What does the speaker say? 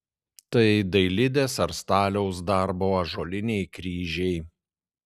tai dailidės ar staliaus darbo ąžuoliniai kryžiai